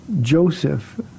Joseph